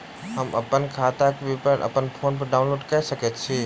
हम अप्पन खाताक विवरण अप्पन फोन पर डाउनलोड कऽ सकैत छी?